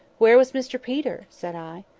where was mr peter? said i.